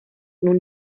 nun